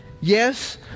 Yes